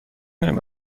نمی